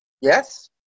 Yes